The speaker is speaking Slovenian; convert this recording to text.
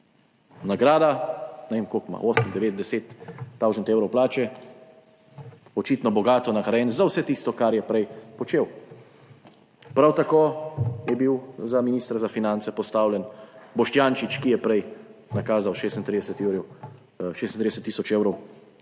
Nagrada, ne vem koliko ima 8, 9, 10 tisoč evrov plače, očitno bogato nagrajen za vse tisto, kar je prej počel. Prav tako je bil za ministra za finance postavljen Boštjančič, ki je prej nakazal 36 jurjev,